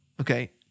Okay